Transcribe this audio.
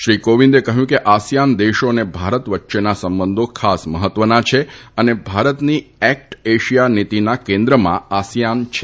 શ્રી કોવિંદે કહ્યું હતું કે આસિયાન દેશો અને ભારત વચ્ચેના સંબંધો ખાસ મહત્વના છે અને ભારતની એક્ટ એશિયા નીતિના કેન્દ્રમાં આસિયાન ક્ષેત્ર છે